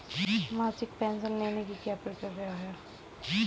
मासिक पेंशन लेने की क्या प्रक्रिया है?